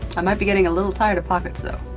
i might be getting a little tired of pockets though.